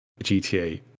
GTA